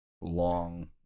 long